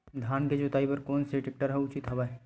धान के जोताई बर कोन से टेक्टर ह उचित हवय?